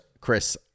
Chris